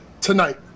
tonight